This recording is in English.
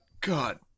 God